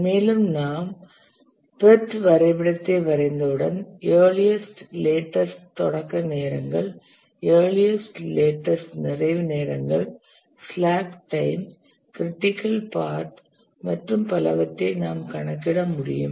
மேலும் நாம் PERT வரைபடத்தை வரைந்தவுடன் earliest இயர்லியஸ்ட் லேட்டஸ்ட் தொடக்க நேரங்கள் earliest இயர்லியஸ்ட் லேட்டஸ்ட் நிறைவு நேரங்கள் ஸ்லாக் டைம் க்ரிட்டிக்கல் பாத் மற்றும் பலவற்றை நாம் கணக்கிட முடியும்